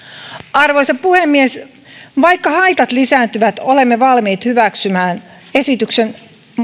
arvoisa puhemies vaikka haitat lisääntyvät olemme valmiit hyväksymään esityksen